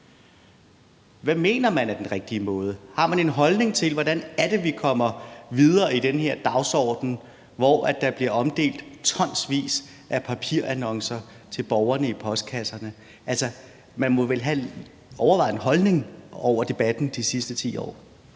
Hvad mener man er den rigtige måde? Har man en holdning til, hvordan vi kommer videre med den her dagsorden, hvor der bliver omdelt tonsvis af papirannoncer i postkasserne til borgerne? Altså, man må vel have overvejet en holdning i debatten igennem de sidste 10 år.